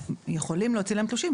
יכולים להוציא להם תלושים,